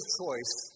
choice